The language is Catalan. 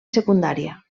secundària